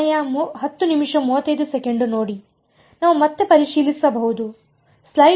ನಾವು ಮತ್ತೆ ಪರಿಶೀಲಿಸಬಹುದು